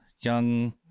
young